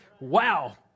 Wow